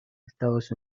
estados